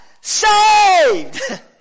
Saved